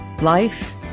life